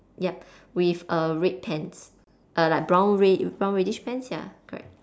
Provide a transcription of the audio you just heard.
yup with a red pants uh like brown red brown reddish pants ya correct